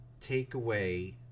takeaway